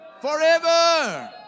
forever